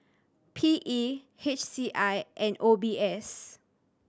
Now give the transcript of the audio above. P E H C I and O B S